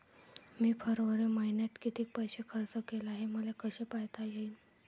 मी फरवरी मईन्यात कितीक पैसा खर्च केला, हे मले कसे पायता येईल?